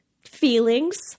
feelings